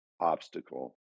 obstacle